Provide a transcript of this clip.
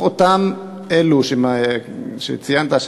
אלו שציינת,